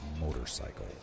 motorcycle